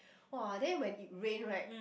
!wah! then when it rain right